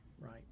Right